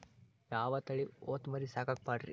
ಯಾವ ತಳಿ ಹೊತಮರಿ ಸಾಕಾಕ ಪಾಡ್ರೇ?